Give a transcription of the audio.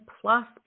plus